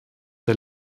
der